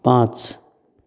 पांच